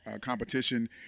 competition